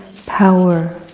power,